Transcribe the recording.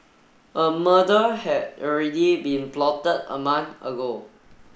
a murder had already been plotted a month ago